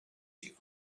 you